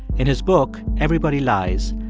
in his book, everybody lies,